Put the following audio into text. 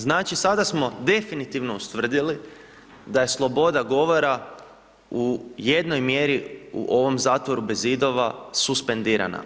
Znači sada smo definitivno ustvrdili da je sloboda govora u jednoj mjeri u ovom zatvoru bez zidova suspendirana.